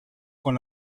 con